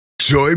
Joy